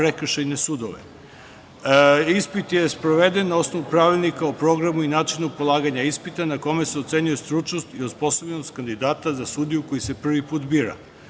prekršajne sudove. Ispit je sproveden na osnovu Pravilnika o programu i načinu polaganja ispita, na kome se ocenjuje stručnost i osposobljenost kandidata za sudiju koji se prvi put bira.